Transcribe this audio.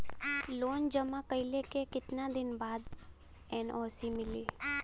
Loan जमा कइले के कितना दिन बाद एन.ओ.सी मिली?